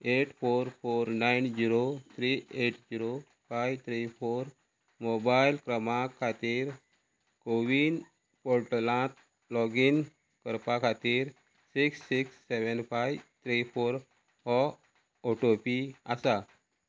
eight four four nine zero three eight zero five three four mobile क्रमांक खातीर CoWIN पोर्टलांत login करपा खातीर six six seven five three four हो O T P आसा